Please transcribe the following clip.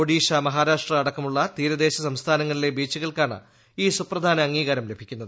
ഒഡീഷ മഹാരാഷ്ട്ര അടക്കമുള്ള തീരദേശ സംസ്ഥാനങ്ങളിലെ ബീച്ചുകൾക്കാണ് ഈ സുപ്രധാന അംഗീകാരം ലഭിക്കുന്നത്